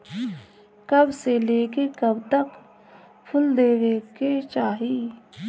कब से लेके कब तक फुल देवे के चाही?